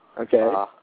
Okay